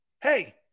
Hey